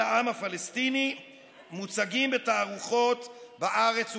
העם הפלסטיני מוצגים בתערוכות בארץ ובעולם,